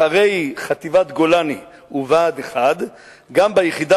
אחרי חטיבת גולני ובה"ד 1 גם ביחידה